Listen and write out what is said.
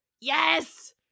Yes